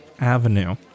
avenue